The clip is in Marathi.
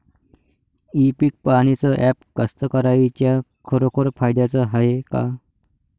इ पीक पहानीचं ॲप कास्तकाराइच्या खरोखर फायद्याचं हाये का?